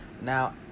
Now